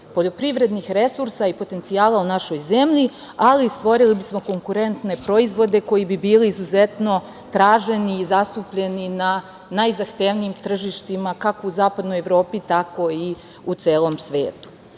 poljoprivrednih resursa i potencijala u našoj zemlji, ali stvorili bismo konkurentne proizvode koji bi bili izuzetno traženi i zastupljeni na najzahtevnijim tržištima kako u Zapadnoj Evropi, tako i u celom svetu.U